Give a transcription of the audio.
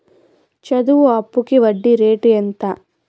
చదువు అప్పుకి వడ్డీ రేటు ఎంత?